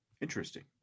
Interesting